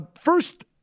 First